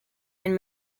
and